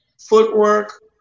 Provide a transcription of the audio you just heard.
footwork